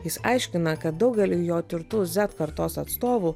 jis aiškina kad daugeliui jo tirtų zet kartos atstovų